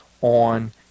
on